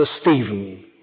Stephen